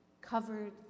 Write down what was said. covered